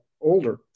older